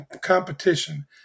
competition